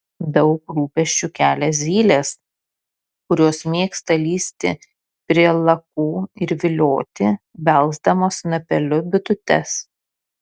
daug rūpesčių kelia zylės kurios mėgsta lįsti prie lakų ir vilioti belsdamos snapeliu bitutes